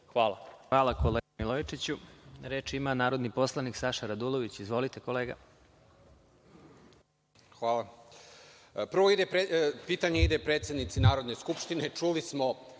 Hvala kolega Milojičiću. Reč ima narodni poslanik Saša Radulović. Izvolite. **Saša Radulović** Prvo pitanje ide predsednici Narodne skupštine. Čuli smo